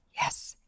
Yes